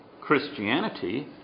Christianity